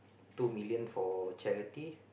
two million for charity